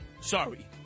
sorry